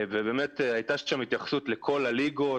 והייתה שם התייחסות לכל הליגות,